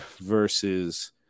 versus